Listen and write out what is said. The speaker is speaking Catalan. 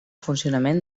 funcionament